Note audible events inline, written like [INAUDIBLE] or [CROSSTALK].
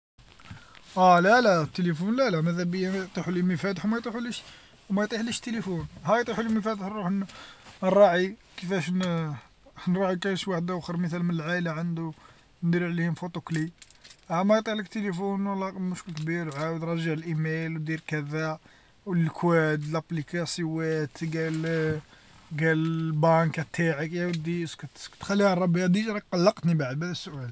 أه لالا التيليفون لالا ماذابيا يطيحولي مفاتح وما يطيحوليش ومايطيحليش التليفون ها يطيحولي مفاتح نروح نراعي كيفاش [HESITATION] نراعي كاش واحداخر مثال من العايلة عندو ندير عليهم فوتو كلي ها ما يطيحلك التيليفون والله مشكل كبيرها عاود رجع الإيميل و دير كذا والكواد و الأبليكاسيوات قال [HESITATION] قال باق تاعك يا ودي اسكت اسكت خليها لربي ديجا راك قلقتني بعد بهاذ السؤال.